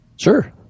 Sure